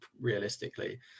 realistically